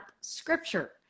scripture